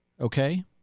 Okay